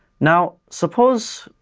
now, suppose,